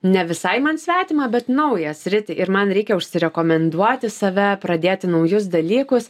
ne visai man svetimą bet naują sritį ir man reikia užsirekomenduoti save pradėti naujus dalykus